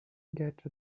get